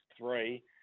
three